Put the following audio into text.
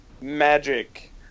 magic